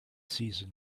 season